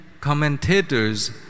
commentators